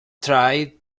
tried